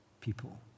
people